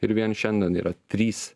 ir vien šiandien yra trys